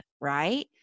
Right